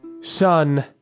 son